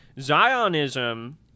Zionism